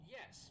Yes